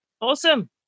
Awesome